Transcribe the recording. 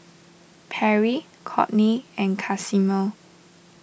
Perry Cortney and Casimer